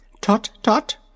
Tut-tut